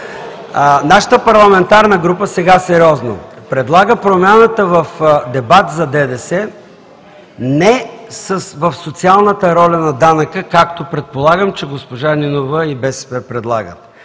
Нашата парламентарна група – сега сериозно, предлага промяната в дебата за ДДС не в социалната роля на данъка, както предполагам, че госпожа Нинова и БСП предлагат